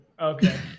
Okay